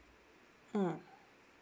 mm